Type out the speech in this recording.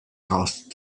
caused